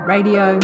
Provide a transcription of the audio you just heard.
Radio